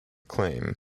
claim